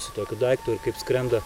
su tokiu daiktu ir kaip skrenda